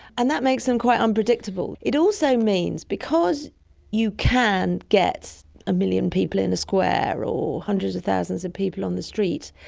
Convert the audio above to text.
and that makes them quite unpredictable. it also means because you can get a million people in a square or hundreds of thousands of people on the street,